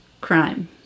crime